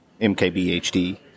MKBHD